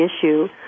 issue